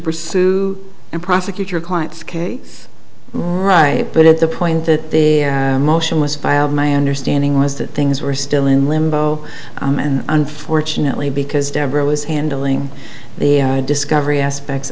pursue and prosecute your client's case right but at the point that the motion was filed my understanding was that things were still in limbo and unfortunately because deborah was handling the discovery aspects